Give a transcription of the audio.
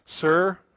Sir